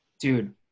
Dude